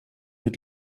mit